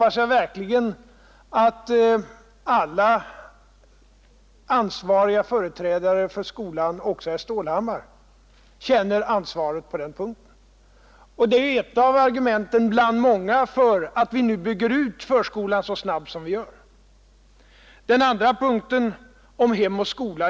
Jag hoppas verkligen att alla ansvariga företrädare för skolan — också herr Stålhammar — känner ansvar för det. Detta är ett bland många argument för att vi bygger ut förskolan så snabbt som vi gör. Den andra punkten gällde hem och skola.